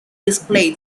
display